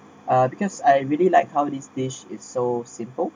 uh because I really like how this dish is so simple